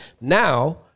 Now